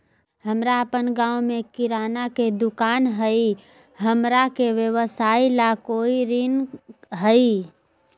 हमर अपन गांव में किराना के दुकान हई, हमरा के व्यवसाय ला कोई ऋण हई?